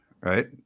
right